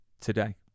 today